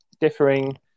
differing